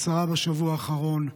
עשרה בשבוע האחרון.